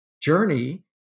journey